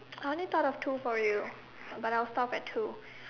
I only though of two for you but I was stuff at two